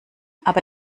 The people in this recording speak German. aber